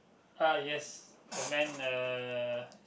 uh yes the man uh